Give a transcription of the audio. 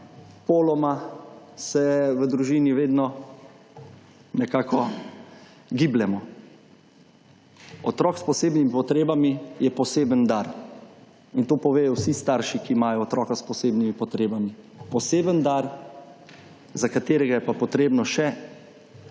poloma se v družini vedno nekako gibljemo. Otrok s posebnimi potrebami je poseben dar. In to povejo vsi starši, ki imajo otroka s posebnimi potrebami. Poseben dar, za katerega je pa potrebno še